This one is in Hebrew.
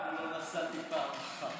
אני לא נסעתי פעם אחת.